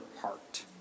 heart